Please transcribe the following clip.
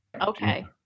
Okay